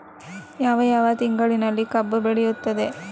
ಯಾವ ಯಾವ ತಿಂಗಳಿನಲ್ಲಿ ಕಬ್ಬು ಬೆಳೆಯುತ್ತದೆ?